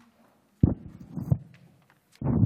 שלום,